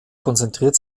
konzentriert